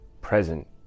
present